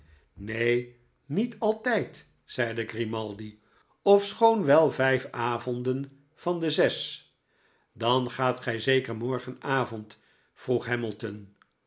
neen niet altljd zeide grimaldl ofschoon wel vljf avonden van de zes dan gaat gij zeker morgenavond vroeg hamilton